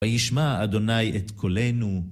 וישמע, אדוני, את קולנו.